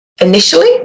initially